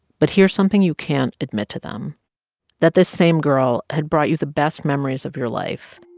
but here's something you can't admit to them that this same girl had brought you the best memories of your life,